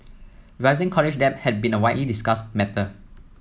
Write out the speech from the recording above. rising college debt has been a widely discussed matter